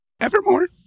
Evermore